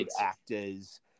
actors